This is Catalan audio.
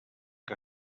que